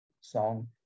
song